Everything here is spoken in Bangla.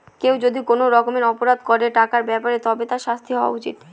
কেউ যদি কোনো রকমের অপরাধ করে টাকার ব্যাপারে তবে তার শাস্তি হওয়া উচিত